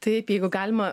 taip jeigu galima